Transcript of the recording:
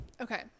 Okay